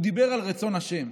הוא דיבר על רצון ה'.